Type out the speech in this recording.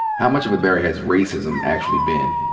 how much of a barrier has racism actually been?